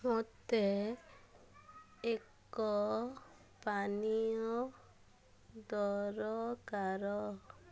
ମୋତେ ଏକ ପାନୀୟ ଦରକାର